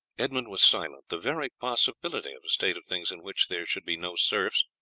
edmund was silent. the very possibility of a state of things in which there should be no serfs,